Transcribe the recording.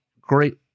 great